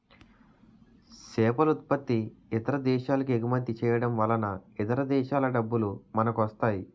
సేపలుత్పత్తి ఇతర దేశాలకెగుమతి చేయడంవలన ఇతర దేశాల డబ్బులు మనకొస్తాయి